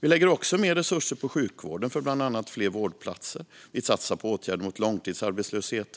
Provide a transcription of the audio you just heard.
Vi lägger också mer resurser på sjukvården för bland annat fler vårdplatser. Vi satsar på åtgärder mot långtidsarbetslösheten.